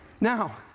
Now